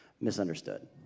misunderstood